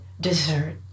dessert